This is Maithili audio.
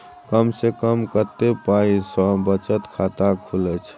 कम से कम कत्ते पाई सं बचत खाता खुले छै?